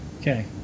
okay